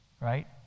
right